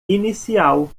inicial